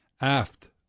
Aft